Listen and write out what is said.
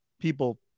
people